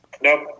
Nope